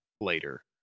later